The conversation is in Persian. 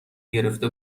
گرفته